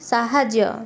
ସାହାଯ୍ୟ